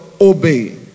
Obey